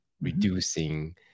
reducing